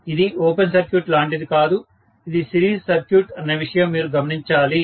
ఇది open circuit లాంటిది కాదు ఇది సిరీస్ సర్క్యూట్ అన్న విషయం మీరు గమనించాలి